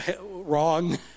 Wrong